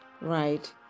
right